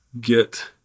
get